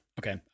Okay